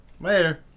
Later